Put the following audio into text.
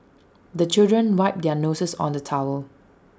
the children wipe their noses on the towel